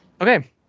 Okay